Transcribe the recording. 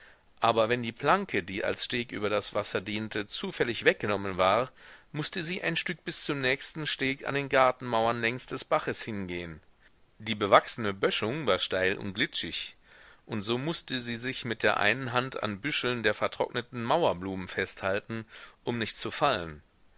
aber wenn die planke die als steg über das wasser diente zufällig weggenommen war mußte sie ein stück bis zum nächsten steg an den gartenmauern längs des baches hingehen die bewachsene böschung war steil und glitschig und so mußte sie sich mit der einen hand an büscheln der vertrockneten mauerblumen festhalten um nicht zu fallen